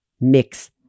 mix